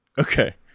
Okay